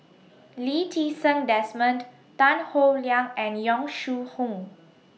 Lee Ti Seng Desmond Tan Howe Liang and Yong Shu Hoong